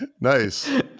Nice